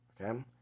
okay